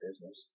business